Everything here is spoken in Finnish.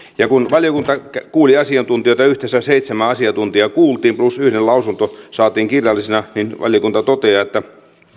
valiokunta kuuli asiantuntijoita yhteensä seitsemää asiantuntijaa kuultiin plus yhden lausunto saatiin kirjallisena valiokunta toteaa että